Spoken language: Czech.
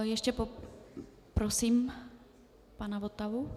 Ještě poprosím pana Votavu.